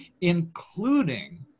including